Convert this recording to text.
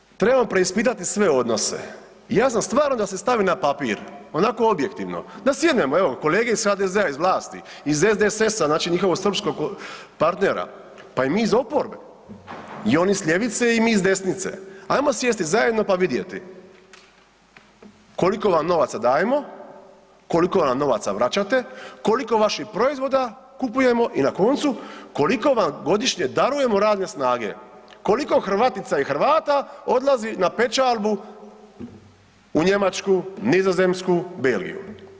Gledajte trebamo preispitati sve odnose i ja sam stvarno da se stavi na papir onako objektivno, da sjednimo evo kolege iz HDZ-a iz vlast, iz SDSS-a znači njihovo srpskog partnera, pa i mi s oporbe i oni s ljevice i mi iz desnice, ajmo sjesti zajedno pa vidjeti koliko vam novaca dajemo, koliko nam novaca vraćate, koliko vaših proizvoda kupujemo i na koncu, koliko vam godišnje darujemo radne snage, koliko Hrvatica i Hrvata odlazi na pečalbu u Njemačku, Nizozemsku, Belgiju?